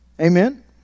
Amen